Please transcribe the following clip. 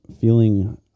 feeling